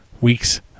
week's